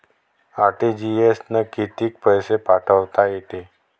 RTGS न कितीक पैसे पाठवता येते?